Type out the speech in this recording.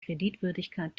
kreditwürdigkeit